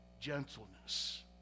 gentleness